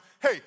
hey